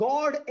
God